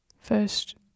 First